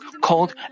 called